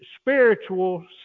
spiritual